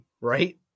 right